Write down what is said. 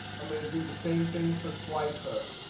i'm going to do the same thing for slicer.